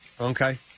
Okay